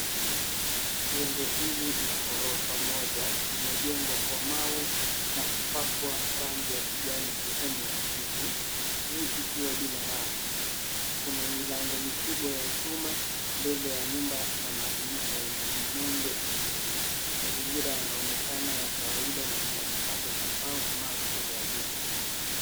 Jengo hili la ghorofa moja limejengwa kwa mawe na kupakwa rangi ya kijani sehemu ya chini, juu ikiwa bila rangi. Kuna milango mikubwa ya chuma mbele ya nyumba na madirisha yenye nondo juu. Mazingira yanaonekana ya kawaida na kuna vipande vya mbao na mawe mbele ya jengo.